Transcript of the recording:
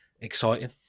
exciting